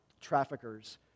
traffickers